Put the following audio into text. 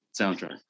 soundtrack